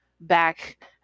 back